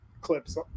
clips